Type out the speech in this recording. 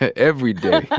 ah every day.